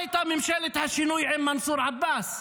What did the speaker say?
ממשלת השינוי עם מנסור עבאס.